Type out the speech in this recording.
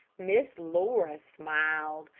miss laura smiled,